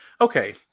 Okay